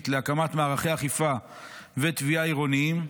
להקמת מערכי אכיפה ותביעה עירוניים.